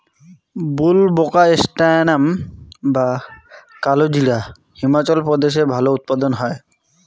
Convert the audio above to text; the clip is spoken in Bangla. বুলবোকাস্ট্যানাম বা কালোজিরা হিমাচল প্রদেশে ভালো উৎপাদন হয়